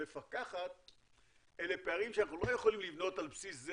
מפקחת פערים שאנחנו לא יכולים לבנות על בסיס זה,